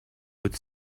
would